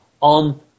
on